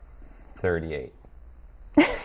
thirty-eight